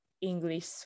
English